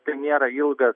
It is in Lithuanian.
tai nėra ilgas